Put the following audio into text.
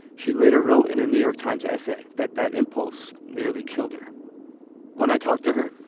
she later wrote in a new york times essay that that impulse nearly killed her when i talked to her,